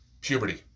puberty